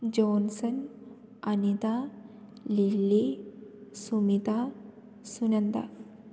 Johnson Anitha Lilly Sumitha Sunanda